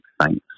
thanks